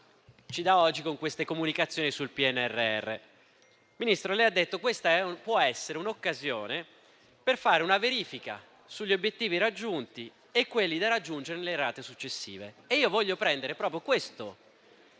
ci dà oggi con le comunicazioni sul PNRR. Signor Ministro, ha detto che questa può essere un'occasione per fare una verifica sugli obiettivi raggiunti e quelli da raggiungere nelle rate successive. Voglio prendere questo